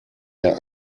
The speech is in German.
der